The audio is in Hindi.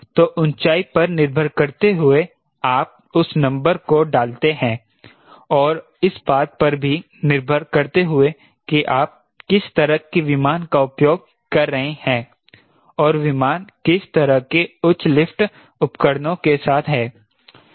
तो ऊंचाई पर निर्भर करते हुए आप उस नंबर को डालते हैं और इस बात पर भी निर्भर करते हुए कि आप किस तरह के विमान का उपयोग कर रहे हैं और विमान किस तरह के उच्च लिफ्ट उपकरणों के साथ हैं